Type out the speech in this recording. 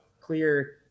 clear